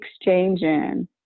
exchanging